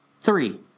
Three